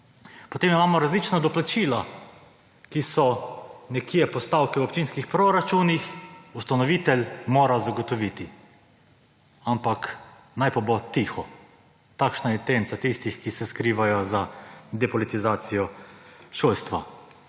Potem imamo različna doplačila, ki so nekje postavke v občinskih proračunih, ustanovitelj mora zagotoviti. Ampak naj pa bo tiho. Takšna je intenca tistih, ki se skrivajo za depolitizacijo šolstva.